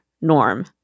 Norm